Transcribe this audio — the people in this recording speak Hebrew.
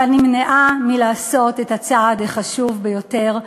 אבל נמנעה מלעשות את הצעד החשוב ביותר,